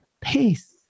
Peace